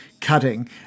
cutting